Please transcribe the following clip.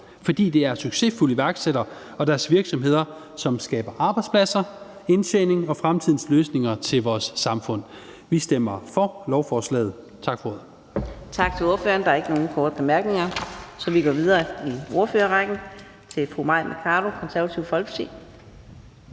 fordi det er succesfulde iværksættere og deres virksomheder, som skaber arbejdspladser, indtjening og fremtidens løsninger til vores samfund. Vi stemmer for lovforslaget. Tak for ordet. Kl. 15:04 Fjerde næstformand (Karina Adsbøl): Tak. Der er ikke nogen korte bemærkninger, så vi går videre i ordførerrækken til fru Mai Mercado, Det Konservative Folkeparti.